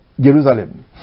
Jerusalem